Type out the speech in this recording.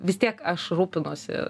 vis tiek aš rūpinuosi